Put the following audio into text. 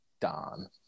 Don